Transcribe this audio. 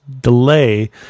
delay